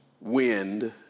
wind